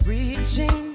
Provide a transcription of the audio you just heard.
Reaching